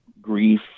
grief